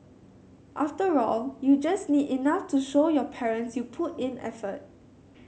after all you just need enough to show your parents you put in effort